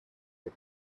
the